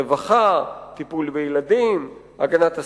רווחה, טיפול בילדים, הגנת הסביבה.